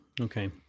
okay